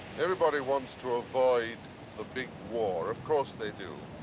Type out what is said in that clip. everybody wants to avoid the big war, of course they do,